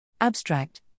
Abstract